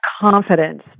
confidence